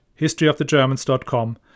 historyofthegermans.com